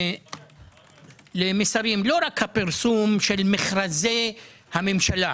למסרים לא רק פרסום מכרזי הממשלה.